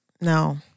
No